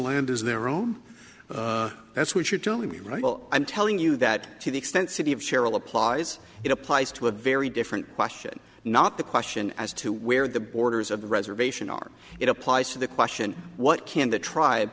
land as their own that's what you're telling me right well i'm telling you that to the extent city of cheryl applies it applies to a very different question not the question as to where the borders of the reservation are it applies to the question what can the tribe